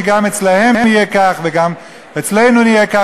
שגם אצלם יהיה כך וגם אצלנו נהיה כך.